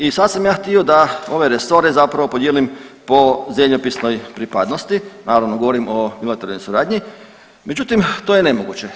I sad sam ja htio da ove resore zapravo podijelim po zemljopisnoj pripadnosti, naravno govorim o bilateralnoj suradnji, međutim to je nemoguće.